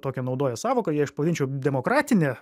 tokią naudoja sąvoką jei aš paimčiau demokratinę